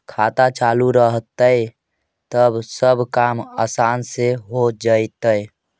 खाता चालु रहतैय तब सब काम आसान से हो जैतैय?